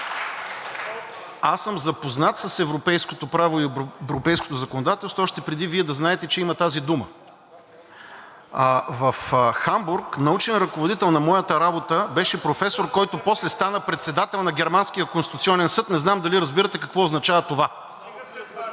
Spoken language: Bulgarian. Аз съм запознат с европейското право и европейското законодателство още преди Вие да знаете, че има тази дума. В Хамбург научен ръководител на моята работа беше професор, който после стана председател на Германския конституционен съд. Не знам дали разбирате какво означава това.